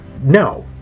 No